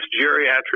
geriatric